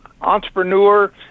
entrepreneur